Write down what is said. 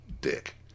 dick